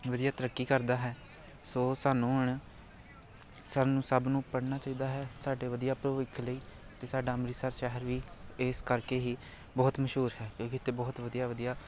ਵਧੀਆ ਤਰੱਕੀ ਕਰਦਾ ਹੈ ਸੋ ਸਾਨੂੰ ਹੁਣ ਸਾਨੂੰ ਸਭ ਨੂੰ ਪੜ੍ਹਨਾ ਚਾਹੀਦਾ ਹੈ ਸਾਡੇ ਵਧੀਆ ਭਵਿੱਖ ਲਈ ਅਤੇ ਸਾਡਾ ਅੰਮ੍ਰਿਤਸਰ ਸ਼ਹਿਰ ਵੀ ਇਸ ਕਰਕੇ ਹੀ ਬਹੁਤ ਮਸ਼ਹੂਰ ਹੈ ਕਿਉਂਕਿ ਇੱਥੇ ਬਹੁਤ ਵਧੀਆ ਵਧੀਆ